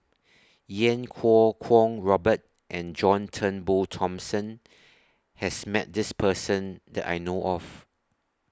Yan Kuo Kwong Robert and John Turnbull Thomson has Met This Person that I know of